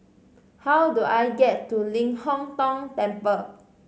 how do I get to Ling Hong Tong Temple